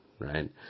right